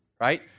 right